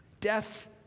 Death